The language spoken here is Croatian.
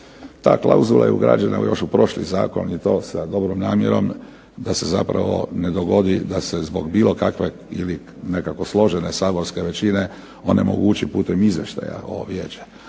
Ta klauzula je ugrađena još u prošli zakon i to sa dobrom namjerom da se zapravo ne dogodi da se zbog bilo kakve ili nekako složene saborske većine onemogući putem izvještaja ovo vijeće.